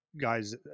guys